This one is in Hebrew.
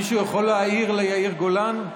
מישהו יכול להעיר ליאיר גולן?